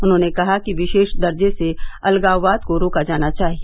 उन्होंने कहा कि विशेष दर्जे से अलगाववाद को रोका जाना चाहिए